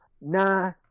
nah